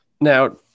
Now